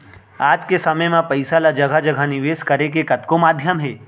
आज के समे म पइसा ल जघा जघा निवेस करे के कतको माध्यम हे